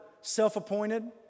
self-appointed